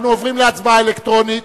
אנחנו עוברים להצבעה אלקטרונית.